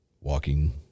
walking